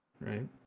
right